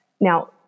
Now